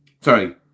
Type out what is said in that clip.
sorry